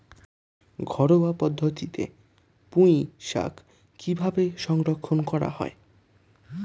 ঘরোয়া পদ্ধতিতে পুই শাক কিভাবে সংরক্ষণ করা হয়?